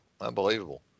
Unbelievable